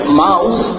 mouse